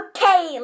Okay